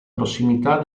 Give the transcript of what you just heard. prossimità